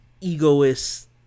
egoist